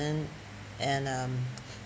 and um